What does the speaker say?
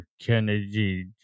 Kennedy